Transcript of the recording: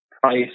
price